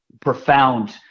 profound